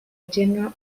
general